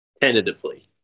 Tentatively